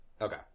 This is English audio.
Okay